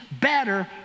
better